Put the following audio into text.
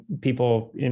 people